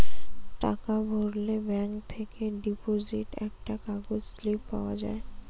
টাকা ভরলে ব্যাঙ্ক থেকে ডিপোজিট একটা কাগজ স্লিপ পাওয়া যায়